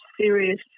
serious